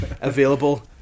Available